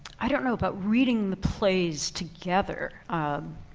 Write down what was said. i don't know about reading the plays together.